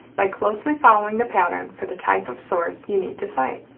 by closely following the pattern for the type of source you need to cite.